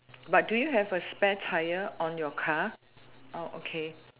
but do you have a spare tyre on your car oh okay